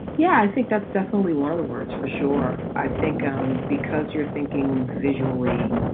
yeah, i think that's definitely one of the words for sure. i think um because you're thinking visually